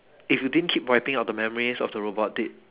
if you didn't keep wiping out the memories of the robot did